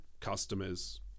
customers